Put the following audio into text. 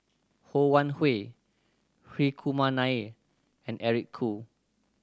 Ho Wan Hui Hri Kumar Nair and Eric Khoo